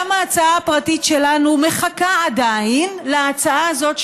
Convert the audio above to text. גם ההצעה הפרטית שלנו מחכה עדיין להצעה הזאת,